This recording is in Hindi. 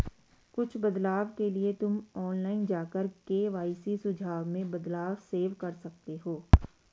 कुछ बदलाव के लिए तुम ऑनलाइन जाकर के.वाई.सी सुझाव में बदलाव सेव कर सकते हो